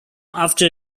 after